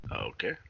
Okay